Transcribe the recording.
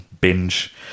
binge